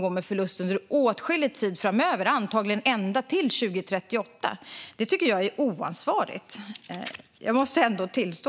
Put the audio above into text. gå med förlust under åtskillig tid framöver, antagligen ända till 2038, tycker jag är oansvarigt. Det måste jag ändå tillstå.